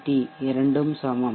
D இரண்டும் சமம்